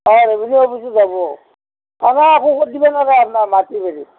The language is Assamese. অঁ ৰেভিনিউ অফিচত যাব আনে একো কৰি দিব নোৱাৰে আপোনাৰ মাটি বাৰী